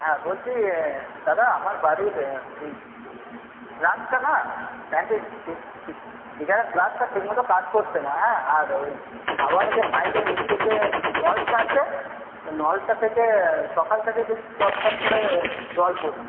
হ্যাঁ বলছি দাদা আমার বাড়ির ফ্ল্যাশটা না ট্যাঙ্কের গিজারের ফ্ল্যাশটা ঠিকমতো কাজ করছে না হ্যাঁ আর ওই শাওয়ারে যে পাইপের মুখের যে নলটা আছে ওই নলটা থেকে সকাল থেকে টপটপ করে জল পরছে